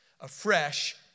afresh